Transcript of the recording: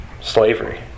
slavery